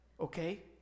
okay